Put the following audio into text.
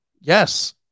Yes